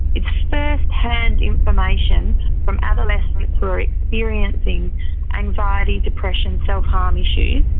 it's first-hand information from adolescents who are experiencing anxiety, depression, self-harm issues,